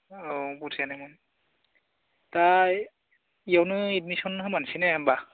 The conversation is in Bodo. औ बुरजायानोमोन दा बेयावनो एडमिसन होमारनोसै ने होमबा